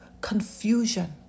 confusion